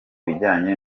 bijyanye